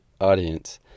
audience